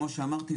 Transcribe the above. כמו שאמרתי,